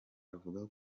avuga